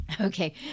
Okay